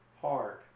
hard